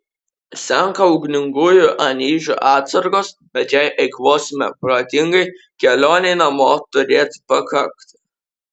senka ugningųjų anyžių atsargos bet jei eikvosime protingai kelionei namo turėtų pakakti